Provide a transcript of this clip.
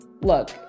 look